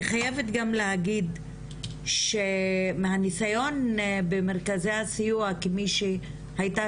אני חייבת גם להגיד שמהניסיון במרכזי הסיוע כמי שהייתה